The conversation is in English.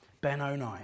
Benoni